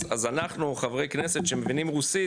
אז אנחנו חברי כנסת שמבינים רוסית,